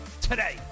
today